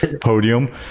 podium